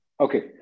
Okay